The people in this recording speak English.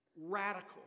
radical